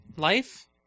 Life